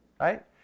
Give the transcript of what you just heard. Right